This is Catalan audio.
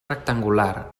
rectangular